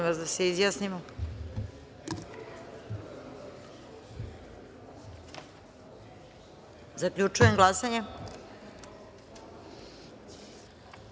da se izjasnimo. Zaključujem glasanje: